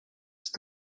ist